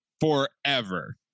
forever